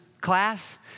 class